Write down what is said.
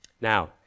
Now